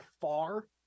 far